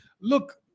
Look